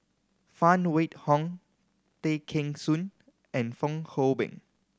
Phan Wait Hong Tay Kheng Soon and Fong Hoe Beng